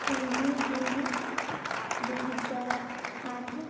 ତିନି ଜୁନ୍ ଦୁଇହଜାର ଆଠ